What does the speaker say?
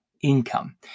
income